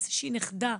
איזושהי נכדה,